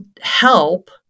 help